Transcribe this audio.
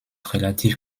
relativ